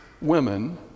women